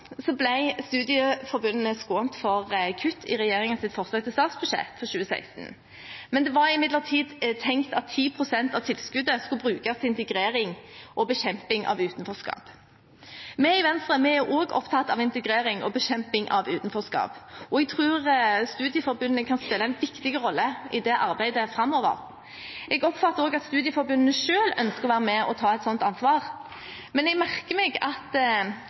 studieforbundene skånt for kutt i regjeringens forslag til statsbudsjett for 2016. Det var imidlertid tenkt at 10 pst. av tilskuddet skulle brukes til integrering og bekjemping av utenforskap. Vi i Venstre er også opptatt av integrering og bekjemping av utenforskap, og jeg tror studieforbundene kan spille en viktig rolle i det arbeidet framover. Jeg oppfatter også at studieforbundene selv ønsker å være med og ta et slikt ansvar. Men jeg merker meg at